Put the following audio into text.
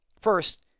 First